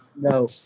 No